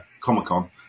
Comic-Con